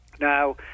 Now